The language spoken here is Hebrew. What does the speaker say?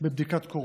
בבדיקת קורונה.